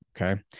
okay